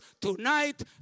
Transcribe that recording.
tonight